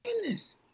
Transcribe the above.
goodness